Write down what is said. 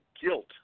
guilt